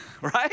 right